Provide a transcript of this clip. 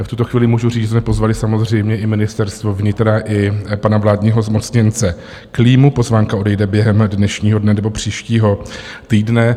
V tuto chvíli můžu říct, že jsme pozvali samozřejmě i Ministerstvo vnitra i pana vládního zmocněnce Klímu, pozvánka odejde během dnešního dne nebo příštího týdne.